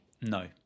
No